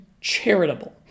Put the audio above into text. charitable